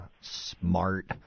smart